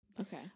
Okay